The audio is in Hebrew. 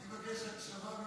אני מבקש הקשבה.